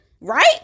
right